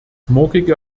morgige